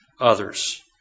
others